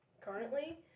currently